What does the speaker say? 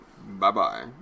Bye-bye